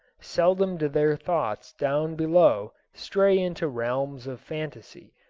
seldom do their thoughts down below stray into realms of fantasy,